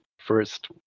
first